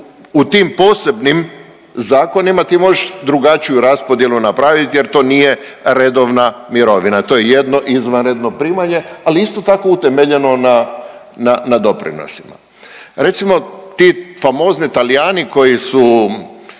u tim posebnim zakonima ti možeš drugačiju raspodjelu napravit jer to nije redovna mirovina, to je jedno izvanredno primanje, ali isto tako utemeljeno na, na, na doprinosima. Recimo ti famozni Talijani koji su